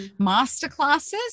masterclasses